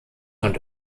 und